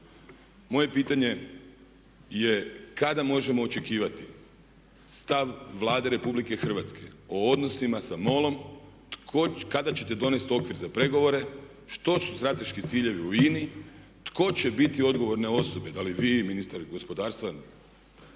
Moje pitanje je kada možemo očekivati stav Vlade Republike Hrvatske o odnosima sa MOL-om? Kada ćete donijeti okvir za pregovore? Što su strateški ciljevi u INA-i? Tko će biti odgovorne osobe, da li vi, ministar gospodarstva,